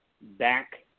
back